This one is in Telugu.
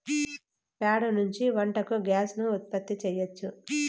ప్యాడ నుంచి వంటకు గ్యాస్ ను ఉత్పత్తి చేయచ్చు